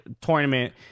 tournament